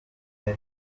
bine